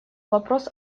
вопрос